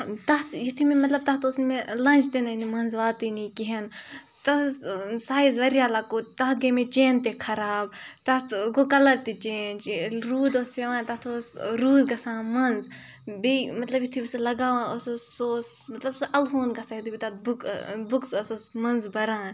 تَتھ یُتھُے مےٚ مطلب تَتھ اوس نہٕ مےٚ لنٛچ تِنہٕ منٛز واتٲنی کِہینۍ تَتھ اوس سایِز واریاہ لۄکُٹ تَتھ گٔیٚے مےٚ چینہٕ تہِ خراب تَتھ گوٚو کَلَر تہِ چینٛج روٗد اوس پیٚوان تَتھ اوس روٗد گژھان منٛز بیٚیہِ مطلب یُتھُے بہٕ سُہ لگاوان ٲسٕس سُہ مطلب سُہ اَلوُنٛد گژھان یُتھُے بہٕ تَتھ بُک بُکٕس ٲسٕس منٛز بَران